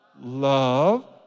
Love